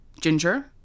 Ginger